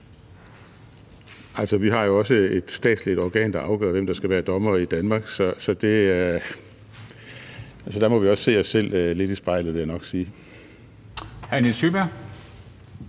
Vi har jo også et statsligt organ, der afgør, hvem der skal være dommere i Danmark, så der må vi også se os selv lidt i spejlet, vil jeg nok sige.